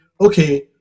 okay